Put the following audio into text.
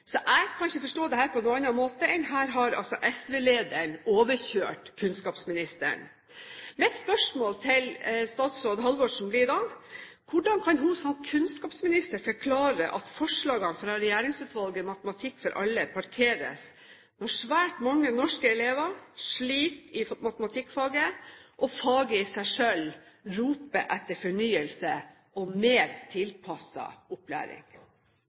Jeg kan ikke forstå dette på noen annen måte enn at SV-lederen her har overkjørt kunnskapsministeren. Mitt spørsmål til statsråd Halvorsen blir da: Hvordan kan hun som kunnskapsminister forklare at forslagene fra regjeringsutvalget Matematikk for alle parkeres, når svært mange norske elever sliter i matematikkfaget, og faget i seg selv roper etter fornyelse og mer tilpasset opplæring?